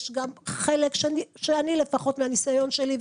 יש גם חלק שאני לפחות מהניסיון שלי,